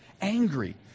angry